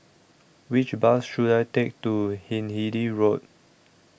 Which Bus should I Take to Hindhede Road